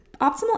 Optimal